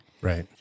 Right